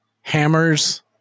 Hammers